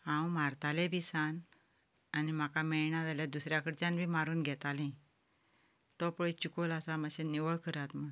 हांव मारतालेंय बी सारन आनी म्हाका मेळना जाल्यार दुसऱ्यां कडच्यान बी मारून घेतालें तो पळय चिकल आसा मातशें निवळ करात म्हूण